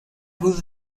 wurde